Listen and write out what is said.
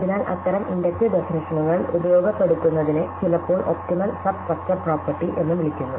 അതിനാൽ അത്തരം ഇൻഡക്റ്റീവ് ഡെഫനിഷനുകൾ ഉപയോഗപ്പെടുത്തുന്നതിനെ ചിലപ്പോൾ ഒപ്റ്റിമൽ സബ് സ്ട്രക്ചർ പ്രോപ്പർട്ടി എന്ന് വിളിക്കുന്നു